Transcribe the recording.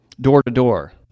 door-to-door